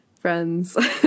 friends